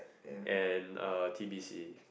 and uh T_B_C